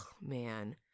man